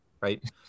right